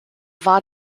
war